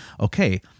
okay